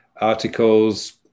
articles